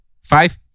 Five